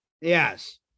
Yes